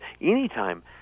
anytime